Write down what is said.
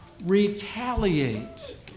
retaliate